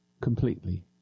Completely